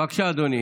בבקשה, אדוני.